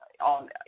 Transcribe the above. on